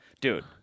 dude